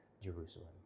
Jerusalem